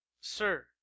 Sir